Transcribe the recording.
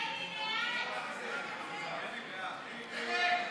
פיצול הצעת חוק המפלגות (תיקון מס' 24)